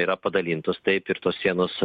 yra padalintos taip ir tos sienos